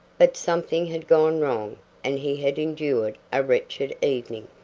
but something had gone wrong and he had endured a wretched evening.